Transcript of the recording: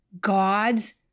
God's